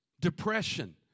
depression